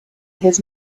his